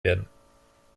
werden